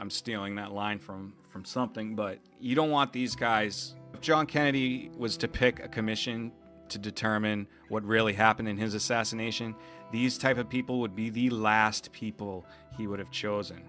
i'm stealing that line from from something but you don't want these guys john kennedy was to pick a commission to determine what really happened in his assassination these type of people would be the last people he would have chosen